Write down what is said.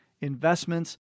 investments